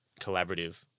collaborative